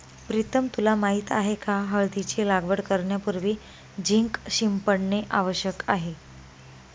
प्रीतम तुला माहित आहे का हळदीची लागवड करण्यापूर्वी झिंक शिंपडणे आवश्यक आहे